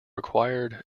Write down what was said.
required